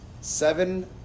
seven